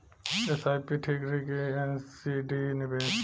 SIP ठीक रही कि एन.सी.डी निवेश?